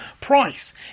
price